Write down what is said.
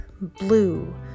blue